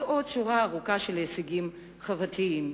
ועוד שורה ארוכה של הישגים חברתיים.